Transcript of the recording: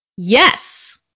Yes